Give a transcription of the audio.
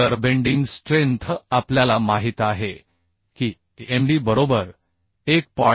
तरबेंडिंग strength आपल्याला माहित आहे की md 1